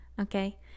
Okay